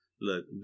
Look